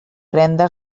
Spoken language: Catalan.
renda